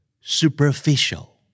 Superficial